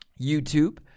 YouTube